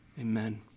Amen